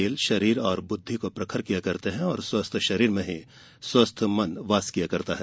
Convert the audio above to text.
खेल शरीर और बुद्धि को प्रखर करते हैं और स्वस्थ शरीर में ही स्वस्थ मन वास किया करता है